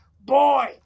boy